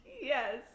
Yes